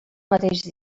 mateix